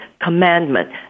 commandment